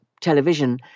television